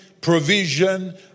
provision